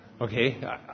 Okay